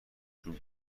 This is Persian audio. جون